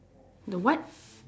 the what